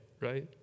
right